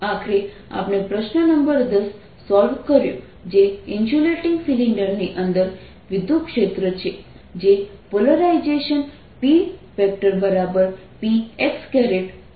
આખરે આપણે પ્રશ્ન નંબર 10 સોલ્વ કર્યો જે ઇન્સ્યુલેટીંગ સિલિન્ડરની અંદર વિદ્યુતક્ષેત્ર છે જે પોલરાઇઝેશન PPx હશે